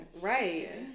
Right